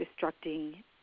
destructing